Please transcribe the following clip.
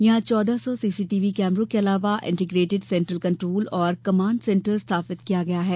यहां चौदह सौ सीसीटीवी कैमरों के अलावा इंटीग्रेटिड सेंट्रल कंट्रोल और कमांड सेंटर स्थापित किया गया है